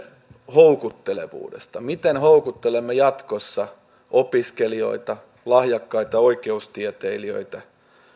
houkuttelevuudesta miten houkuttelemme jatkossa opiskelijoita lahjakkaita oikeustieteilijöitä